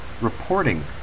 Reporting